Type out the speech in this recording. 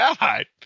God